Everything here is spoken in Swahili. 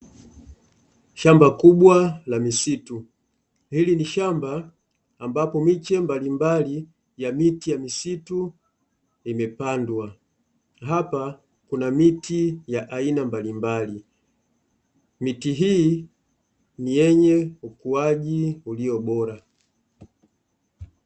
Shamba kubwa la misitu ,hili ni shamba ambapo miche mbalimbali ya miti ya misitu imepandwa. Hapa kuna miti ya aina mbalimbali. Miti hii ni yenye ukuaji ulio bora.